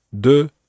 de